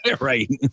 Right